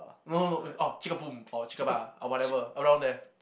no no no it's oh chick a boom or chick a ba or whatever around there